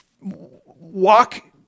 walk